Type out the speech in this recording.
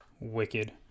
Wicked